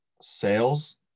sales